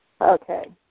Okay